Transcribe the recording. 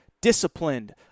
Disciplined